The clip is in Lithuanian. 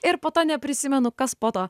ir po to neprisimenu kas po to